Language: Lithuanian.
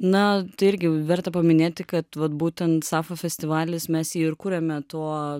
na tai irgi verta paminėti kad vat būtent sapfo festivalis mes jį ir kuriame tuo